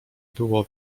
było